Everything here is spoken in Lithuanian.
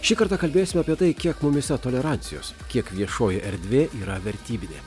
šį kartą kalbėsime apie tai kiek mumyse tolerancijos kiek viešoji erdvė yra vertybinė